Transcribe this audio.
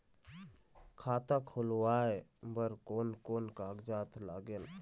खाता खुलवाय बर कोन कोन कागजात लागेल?